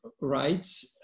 rights